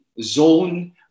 zone